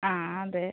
ആ അതെ